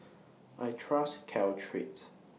I Trust Caltrate